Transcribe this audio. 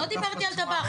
לא דיברתי על טבח.